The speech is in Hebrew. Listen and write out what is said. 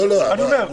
לא, יואב.